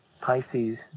Pisces